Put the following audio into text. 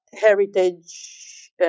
heritage